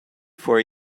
for